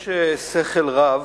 יש שכל רב,